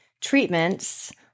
treatments